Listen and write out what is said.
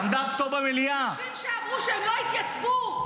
אתם לא תגידו לי מה לומר.